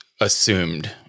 assumed